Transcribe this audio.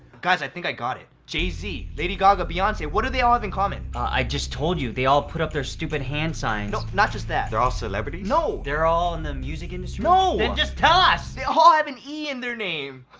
guys, i think i got it. jay-z, lady gaga, beyonce. what do they all have in common? ah, i just told you. they all put up their stupid hand signs no, not just that. they're all celebrities? no! they're all in the music industry? no! then just tell us! they all have an e in their name!